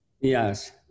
Yes